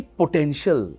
potential